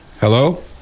Hello